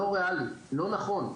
לא ריאלי ולא נכון.